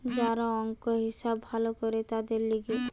যারা অংক, হিসাব ভালো করে তাদের লিগে